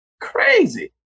crazy